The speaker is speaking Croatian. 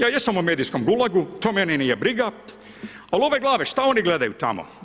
Ja jesam u medijskom gulagu, to mene nije briga ali ove glave, šta oni gledaju tamo?